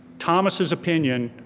thomas's opinion,